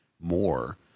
more